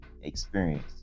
experience